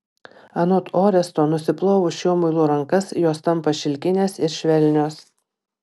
anot oresto nusiplovus šiuo muilu rankas jos tampa šilkinės ir švelnios